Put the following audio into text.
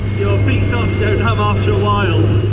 to go numb after a while,